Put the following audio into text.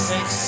Six